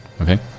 okay